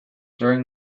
during